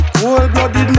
cold-blooded